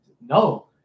No